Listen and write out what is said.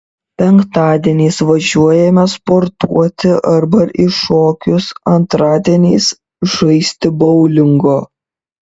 penktadieniais važiuojame sportuoti arba į šokius antradieniais žaisti boulingo